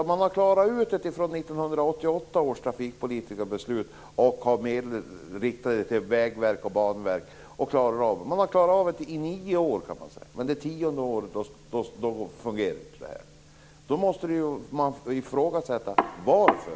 I nio år, från 1988 års trafikpolitiska beslut, har man klarat att ha medel riktade till Vägverket och Banverket, men det tionde året fungerar det inte. Då måste man fråga sig varför.